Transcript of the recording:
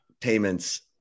payments